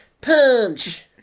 Punch